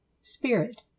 spirit